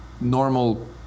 normal